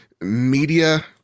media